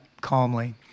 calmly